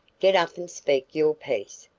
get up and speak your piece,